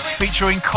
featuring